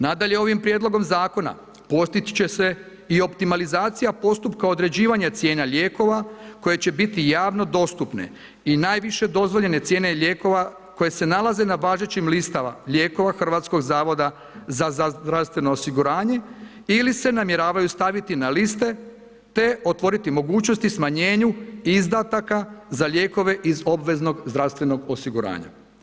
Nadalje, ovim Prijedlogom Zakona postići će se i optimalizacija postupka određivanja cijena lijekova koji će biti javno dostupne i najviše dozvoljene cijene lijekova koje se nalaze na važećim listama lijekova HZZO za zdravstveno osiguranje ili se namjeravaju staviti na liste, te otvoriti mogućnosti smanjenju izdataka za lijekove iz obveznog zdravstvenog osiguranja.